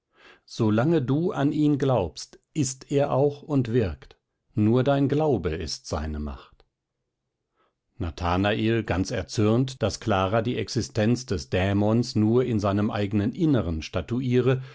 solange du an ihn glaubst ist er auch und wirkt nur dein glaube ist seine macht nathanael ganz erzürnt daß clara die existenz des dämons nur in seinem eignen innern statuiere